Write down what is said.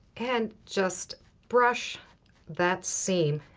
and just brush that seam.